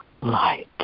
light